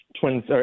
twins